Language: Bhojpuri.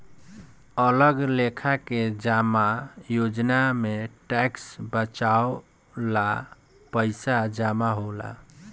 अलग लेखा के जमा योजना में टैक्स बचावे ला पईसा जमा होला